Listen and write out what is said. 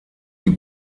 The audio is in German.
die